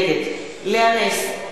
נגד לאה נס,